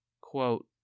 Quote